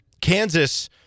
Kansas